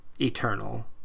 eternal